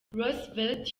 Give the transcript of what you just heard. roosevelt